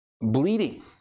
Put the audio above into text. bleeding